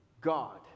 God